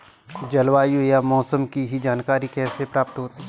जलवायु या मौसम की जानकारी कैसे प्राप्त करें?